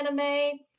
anime